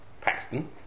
Paxton